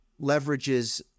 leverages